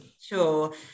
Sure